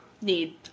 Need